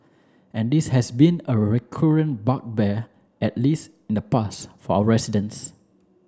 and this has been a recurrent bugbear at least in the past for our residents